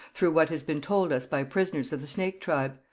through what has been told us by prisoners of the snake tribe.